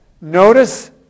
Notice